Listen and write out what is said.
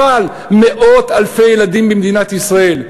אבל מאות אלפי ילדים במדינת ישראל,